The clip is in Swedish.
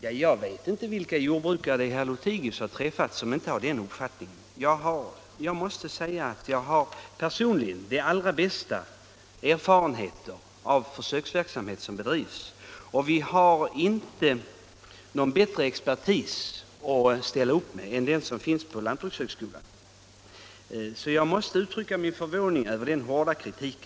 Ja, jag vet inte vilka jordbrukare herr Lothigius har träffat som upplever frånvaron av användbara resultat. Jag har själv de allra bästa erfarenheter av den försöksverksamhet som bedrivs, och vi har inte någon bättre expertis att ställa upp än den som finns på lantbrukshögskolan. Jag måste därför uttrycka min stora förvåning över herr Lothigius hårda kritik.